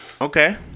Okay